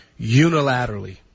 unilaterally